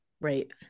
Right